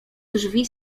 drzwi